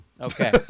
Okay